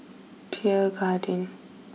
Pierre Cardin